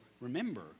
remember